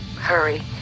Hurry